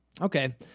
okay